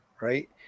right